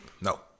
No